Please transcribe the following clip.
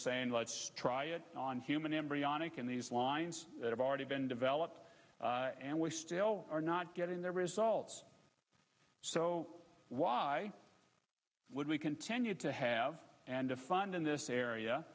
saying let's try it on human embryonic and these lines have already been developed and we still are not getting the results so why would we continue to have to fund in this area